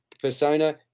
persona